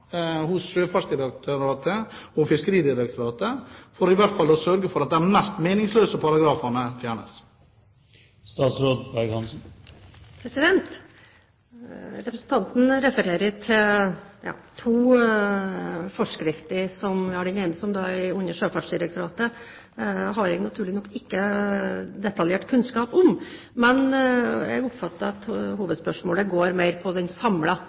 hos Sjøfartsdirektoratet og Fiskeridirektoratet, sørge for at i hvert fall de mest meningsløse paragrafene fjernes? Representanten refererer til to forskrifter. Jeg har naturlig nok ikke detaljert kunnskap om den ene, som er under Sjøfartsdirektoratet. Men jeg oppfatter at hovedspørsmålet går mer på